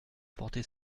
porter